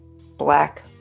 black